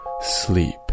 sleep